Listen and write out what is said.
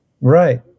Right